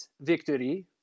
victory